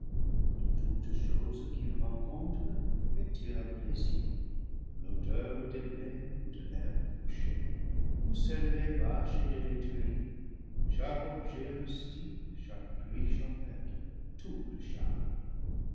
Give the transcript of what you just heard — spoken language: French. toutes choses qu'il rencontre il tire un plaisir l'odeur des blés ou de l'herbe fauchée ou celle des vaches et des laiteries chaque objet rustique chaque bruit champêtre tout le charme